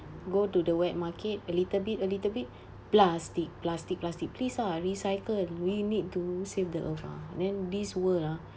go to the wet market a little bit a little bit plastic plastic plastic please ah recycle and we need to save the earth ah then this world ah